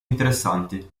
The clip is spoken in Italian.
interessanti